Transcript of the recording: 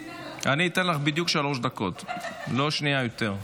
אני אתן לך בדיוק שלוש דקות, לא שנייה יותר,